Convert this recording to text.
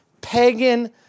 pagan